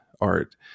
art